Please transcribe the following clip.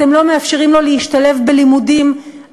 אתם לא מאפשרים לו להשתלב בלימודים,